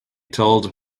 told